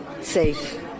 safe